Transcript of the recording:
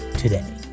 Today